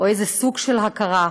או איזה סוג של הכרה,